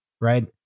right